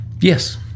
Yes